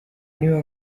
nibiba